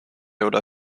oder